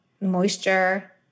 moisture